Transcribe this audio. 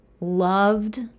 loved